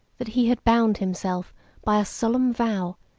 that he had bound himself, by a solemn vow,